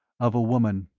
of a woman.